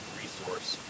resource